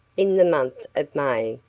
in the month of may,